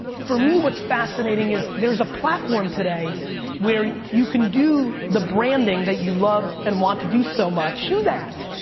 for me, what's fascinating is there's a platform today where you can do the branding that you love and want to do so much. do that,